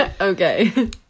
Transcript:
Okay